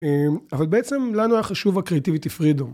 אבל בעצם לנו היה חשוב הקריטיבית הפרידום.